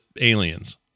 aliens